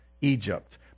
Egypt